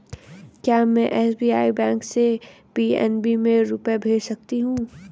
क्या में SBI bank से पी.एन.बी में रुपये भेज सकती हूँ?